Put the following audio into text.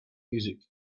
music